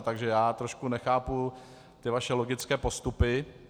Takže trošku nechápu ty vaše logické postupy.